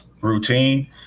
routine